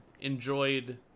enjoyed